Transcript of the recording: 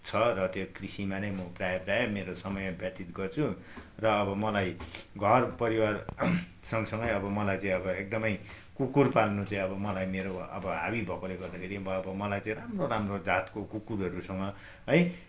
छ र त्यो कृषिमा नै म प्राय प्राय मेरो समय व्यतीत गर्छु र मलाई अब घरपरिवार सँगसँगै अब मलाई चाहिँ अब एकदमै कुकुर पाल्नु चाहिँ अब मलाई मेरो अब हाबी भएकोले गर्दाखेरि म अब मलाई चाहिँ राम्रो राम्रो जातको कुकुरहरूसँग है